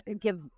give